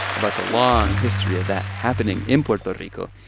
about the long history of that happening in puerto rico,